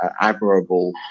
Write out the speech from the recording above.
admirable